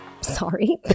Sorry